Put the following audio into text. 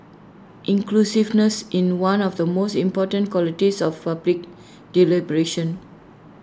inclusiveness in one of the most important qualities of public deliberation